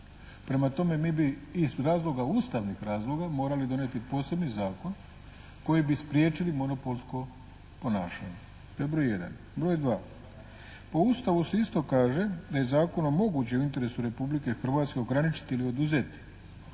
Prema tome mi bi iz razloga, ustavnih razloga morali donijeti posebni zakon koji bi spriječili monopolsko ponašanje. To je broj jedan. Broj dva, po Ustavu se isto kaže da je zakonom moguće u interesu Republike Hrvatske ograničiti ili oduzeti